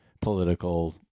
political